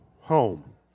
home